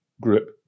group